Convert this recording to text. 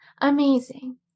amazing